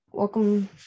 Welcome